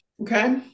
okay